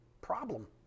problem